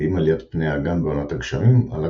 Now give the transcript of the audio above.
ועם עליית פני האגם בעונת הגשמים עלה